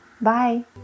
bye